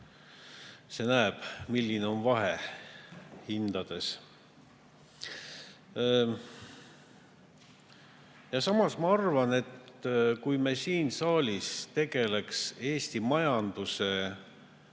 see näeb, milline on vahe hindades. Samas ma arvan, et kui me siin saalis tegeleks Eesti majanduse